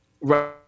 Right